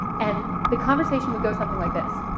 and the conversation would go something like this,